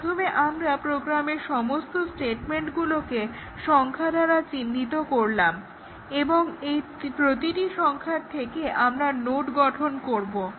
প্রথমে আমরা প্রোগ্রামের সমস্ত স্টেটমেন্টগুলোকে সংখ্যা দ্বারা চিহ্নিত করলাম এবং এই প্রতিটি সংখ্যার থেকে আমরা নোড গঠন করবো